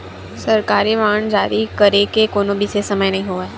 सरकारी बांड जारी करे के कोनो बिसेस समय नइ होवय